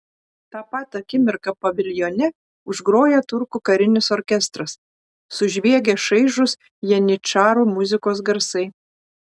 tą pat akimirką paviljone užgroja turkų karinis orkestras sužviegia šaižūs janyčarų muzikos garsai